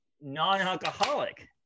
non-alcoholic